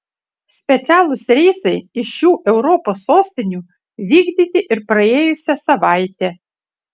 specialūs reisai iš šių europos sostinių vykdyti ir praėjusią savaitę